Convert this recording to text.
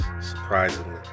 surprisingly